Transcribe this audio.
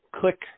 click